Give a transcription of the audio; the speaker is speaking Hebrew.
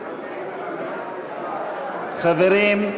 חברים,